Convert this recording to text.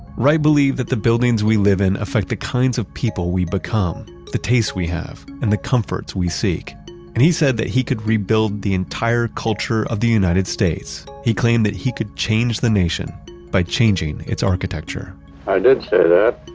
wright believed that the buildings we live in affect the kinds of people we become, the tastes we have and the comforts we seek and he said that he could rebuild the entire culture of the united states. he claimed that he could change the nation by changing its architecture i did say that